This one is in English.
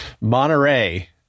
Monterey